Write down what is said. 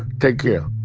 take care.